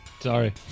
Sorry